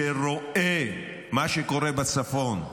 שרואה מה שקורה בצפון,